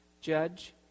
Judge